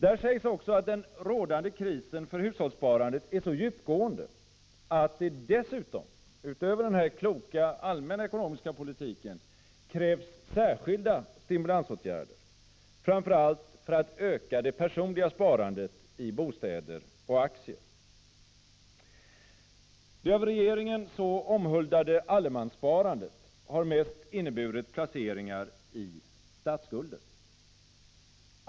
Där sägs också att den rådande krisen för hushållssparandet är så djupgående att det dessutom, utöver den här kloka, allmänna ekonomiska politiken, krävs särskilda stimulansåtgärder, framför allt för att öka det personliga sparandet i bostäder och aktier. Det av regeringen så omhuldade allemanssparandet har mest inneburit placeringar i statsskulden.